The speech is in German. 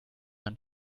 ein